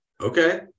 okay